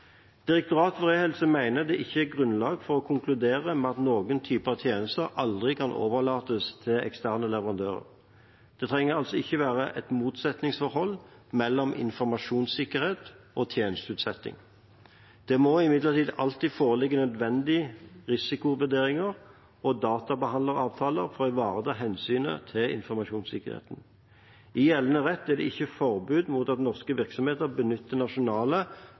Direktoratet for e-helse mener det ikke er grunnlag for å konkludere med at noen typer tjenester aldri kan overlates til eksterne leverandører. Det trenger altså ikke å være et motsetningsforhold mellom informasjonssikkerhet og tjenesteutsetting. Det må imidlertid alltid foreligge nødvendige risikovurderinger og databehandleravtaler for å ivareta hensynet til informasjonssikkerheten. I gjeldende rett er det ikke forbud mot at norske virksomheter benytter nasjonale